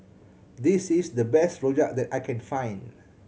this is the best rojak that I can find